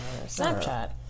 Snapchat